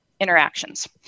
interactions